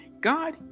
God